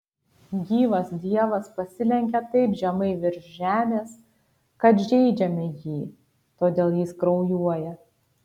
gyvas dievas pasilenkia taip žemai virš žemės kad žeidžiame jį todėl jis kraujuoja